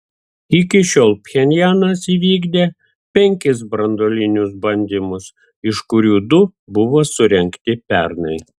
iki šiol pchenjanas įvykdė penkis branduolinius bandymus iš kurių du buvo surengti pernai